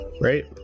right